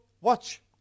watch